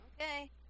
Okay